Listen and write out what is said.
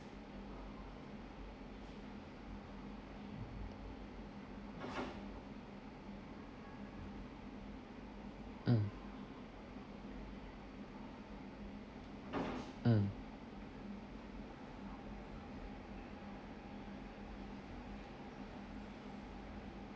mm mm